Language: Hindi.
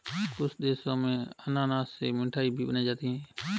कुछ देशों में अनानास से मिठाई भी बनाई जाती है